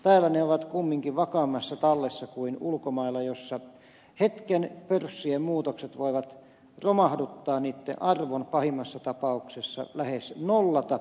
täällä ne ovat kumminkin vakaammassa tallessa kuin ulkomailla jossa hetken pörssien muutokset voivat romahduttaa niitten arvon pahimmassa tapauksessa lähes nollata